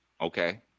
Okay